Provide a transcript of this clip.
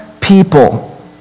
people